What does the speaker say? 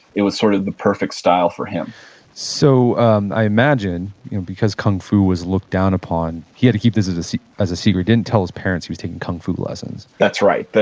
it was sort of the perfect style for him so um i imagine because kung fu was looked down upon, he had to keep this as this as a secret, didn't tell his parents he was taking kung fu lessons that's right.